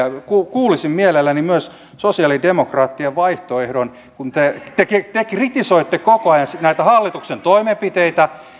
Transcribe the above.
kuulisin mielelläni myös sosialidemokraattien vaihtoehdon kun te kritisoitte koko ajan näitä hallituksen toimenpiteitä